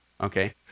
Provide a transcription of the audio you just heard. Okay